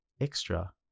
extra